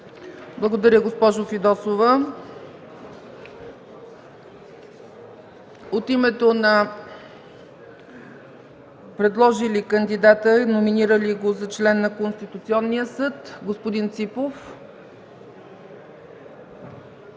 Благодаря, госпожо Фидосова. От името на предложили кандидата и номинирали го за член на Конституционния съд – господин Ципов.